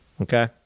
Okay